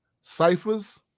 ciphers